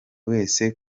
wese